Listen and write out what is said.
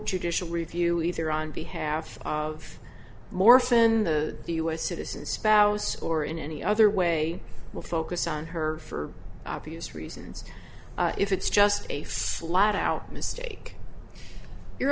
judicial review either on behalf of morse in the u s citizen spouse or in any other way will focus on her for obvious reasons if it's just a flat out mistake you